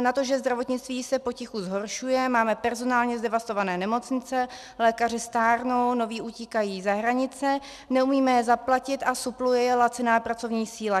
na to, že zdravotnictví se potichu zhoršuje, máme personálně zdevastované nemocnice, lékaři stárnou, noví utíkají za hranice, neumíme je zaplatit a supluje je laciná pracovní síla.